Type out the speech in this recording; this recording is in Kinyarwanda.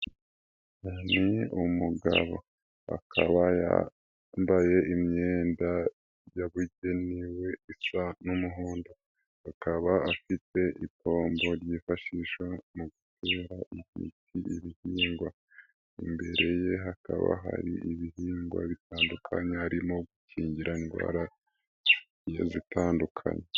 Ni umugabo akaba yambaye imyenda yabugenewe isa n'umuhondo, akaba afite ipombo ryifashishwa mu gutera imiti ibihingwa, imbere ye hakaba hari ibihingwa bitandukanye harimo gukingira indwara zigiye zitandukanye.